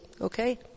okay